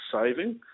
saving